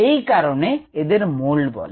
এই কারণেই এদের মোল্ড বলে